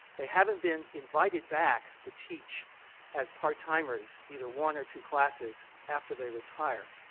they haven't been invited back to teach as part timers either one or two classes after they retire.